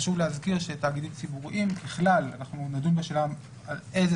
חשוב להזכיר שתאגידים ציבוריים ככלל אנחנו נדון בשאלה על איזה